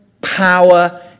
power